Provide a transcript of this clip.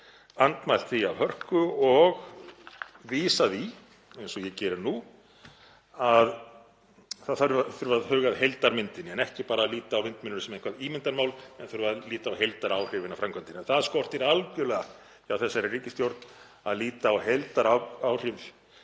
andmælt því af hörku og vísað í, eins og ég geri nú, að huga þurfi að heildarmyndinni. Ekki eigi bara að líta á vindmyllur sem eitthvert ímyndarmál heldur þurfi að líta á heildaráhrifin af framkvæmdinni. Það skortir algerlega hjá þessari ríkisstjórn að líta á heildaráhrif